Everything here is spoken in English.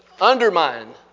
undermine